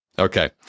Okay